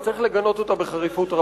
וצריך לגנות אותה בחריפות רבה.